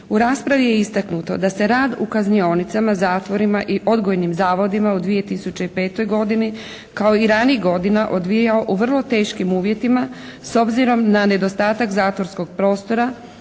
U raspravi je istaknuto da se rad u kaznionicama, zatvorima i odgojnim zavodima u 2005. godini kao i ranijih godina odvijao u vrlo teškim uvjetima s obzirom na nedostatak zatvorskog prostora,